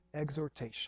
exhortation